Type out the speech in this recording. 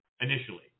initially